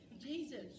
Jesus